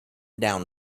down